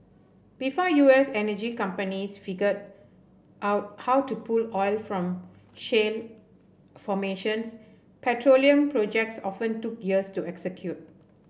before U S energy companies figured out how to pull oil from shale formations petroleum projects often took years to execute